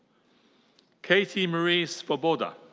katie marie svoboda.